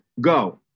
go